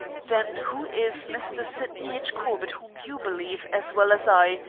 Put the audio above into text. then who is mr. sydney h. corbett whom you believe, as well as i,